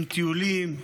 עם טיולים,